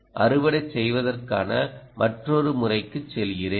அறுவடை செய்வதற்கான மற்றொரு முறைக்குச் செல்கிறேன்